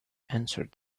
answered